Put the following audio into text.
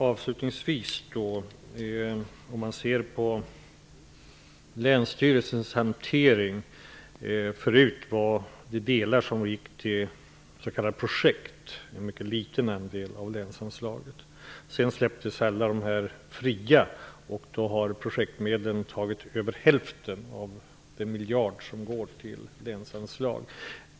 Fru talman! Vi kan se på länsstyrelsens hantering av länsanslaget. En mycket liten del av anslaget gick till projekt. Sedan släpptes medlen fria, och då har projekten tagit över hälften av den miljard som går till länsanslagen.